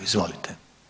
Izvolite.